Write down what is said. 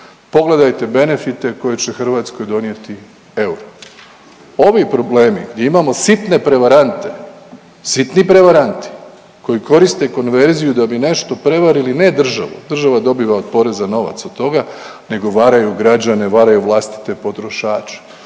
pogledajte benefite koje će Hrvatskoj donijeti euro. Ovi problemi gdje imamo sitne prevarante, sitni prevaranti koji koriste konverziju da bi nešto prevarili ne državu, država dobiva od poreza novac od toga, nego varaju građane, varaju vlastite potrošače.